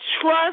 trust